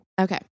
Okay